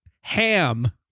ham